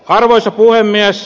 arvoisa puhemies